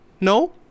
No